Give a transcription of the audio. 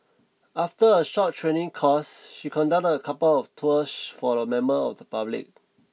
after a short training course she conducted a couple of tours for a member of the public